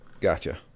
Gotcha